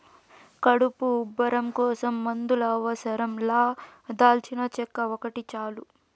కడుపు ఉబ్బరం కోసం మందుల అవసరం లా దాల్చినచెక్క ఒకటి చాలు